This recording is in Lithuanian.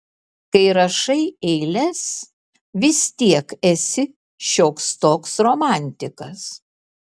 kai rašai eiles vis tiek esi šioks toks romantikas